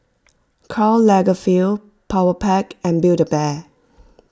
Karl Lagerfeld Powerpac and Build A Bear